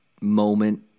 moment